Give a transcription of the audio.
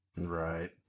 right